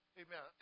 amen